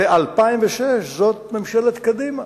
ב-2006, זאת ממשלת קדימה.